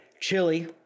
chili